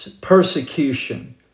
persecution